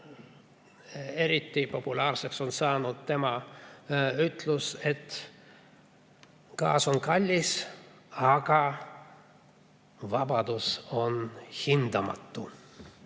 Eriti populaarseks on saanud tema ütlus, et gaas on kallis, aga vabadus on hindamatu.